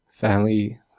family